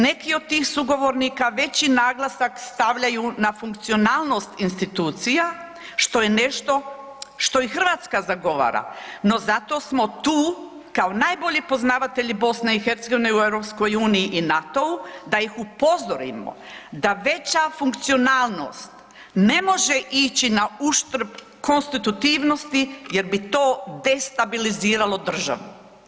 Neki od tih sugovornika veći naglasak stavljaju na funkcionalnost institucija što je nešto što i Hrvatska zagovara, no zato smo tu kao najbolji poznavatelji BiH u EU i NATO-u da ih upozorimo da veća funkcionalnost ne može ići na uštrb konstitutivnosti jer bi to destabiliziralo državu.